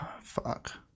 Fuck